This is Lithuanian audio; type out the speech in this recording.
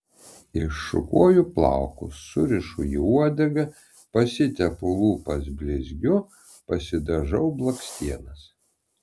iššukuoju plaukus surišu į uodegą pasitepu lūpas blizgiu pasidažau blakstienas